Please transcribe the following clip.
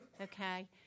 Okay